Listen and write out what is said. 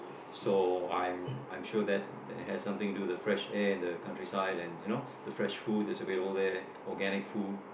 so I'm I'm sure that there has something to do with the fresh air in the country side and you know the fresh food is available there organic food